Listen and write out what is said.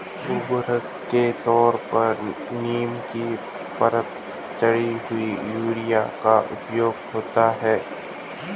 उर्वरक के तौर पर नीम की परत चढ़ी हुई यूरिया का प्रयोग होता है